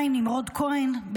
נמרוד כהן,